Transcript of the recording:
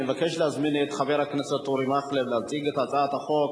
אני מבקש להזמין את חבר הכנסת אורי מקלב להציג את הצעת חוק